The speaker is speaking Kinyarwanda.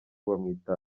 bamwita